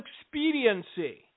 expediency